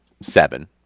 Seven